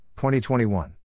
2021